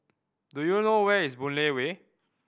do you know where is Boon Lay Way